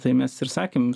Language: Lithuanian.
tai mes ir sakėm